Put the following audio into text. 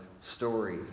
story